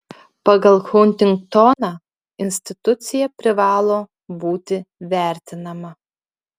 pagal huntingtoną institucija privalo būti vertinama